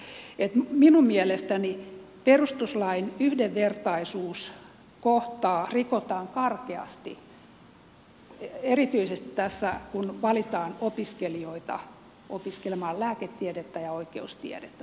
niin että minun mielestäni perustuslain yhdenvertaisuuskohtaa rikotaan karkeasti erityisesti tässä kun valitaan opiskelijoita opiskelemaan lääketiedettä ja oikeustiedettä suomessa